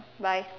bye